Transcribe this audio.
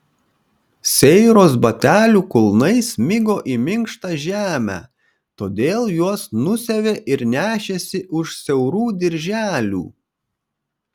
seiros batelių kulnai smigo į minkštą žemę todėl juos nusiavė ir nešėsi už siaurų dirželių